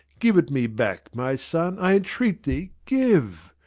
give it me back, my son, i entreat thee, give!